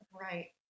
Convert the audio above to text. Right